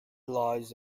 lies